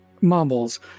Mumbles